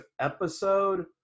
episode